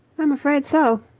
i'm afraid so.